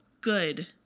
good